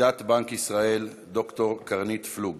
נגידת בנק ישראל ד"ר קרנית פלוג,